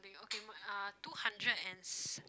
okay ah two hundreds and